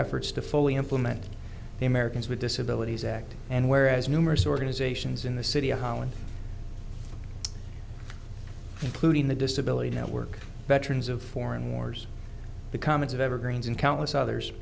efforts to fully implement the americans with disabilities act and where as numerous organizations in the city of holland including the disability network veterans of foreign wars the comments of evergreens and countless others